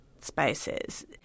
spaces